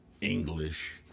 English